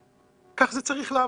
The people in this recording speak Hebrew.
כך זה צריך לעבוד.